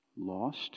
lost